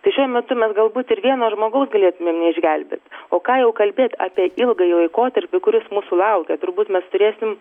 tai šiuo metu mes galbūt ir vieno žmogaus galėtumėm neišgelbėt o ką jau kalbėt apie ilgąjį laikotarpį kuris mūsų laukia turbūt mes turėsim